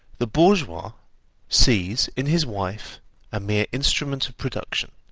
the bourgeois sees in his wife a mere instrument of production.